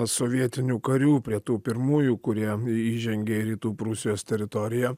sovietinių karių prie tų pirmųjų kurie įžengė į rytų prūsijos teritoriją